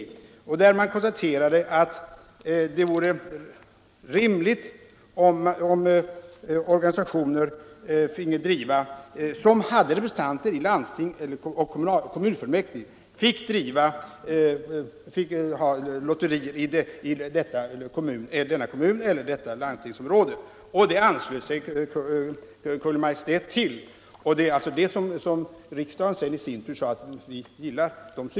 Utredningen konstaterade att det vore rimligt om organisationer som hade politiska organisationer att anordna representanter i kommunfullmäktige och landsting finge anordna lotteri i sin kommun eller i sitt landstingsområde, och det anslöt sig Kungl. Maj:t till. Det var dessa synpunkter som riksdagen i sin tur sade sig gilla.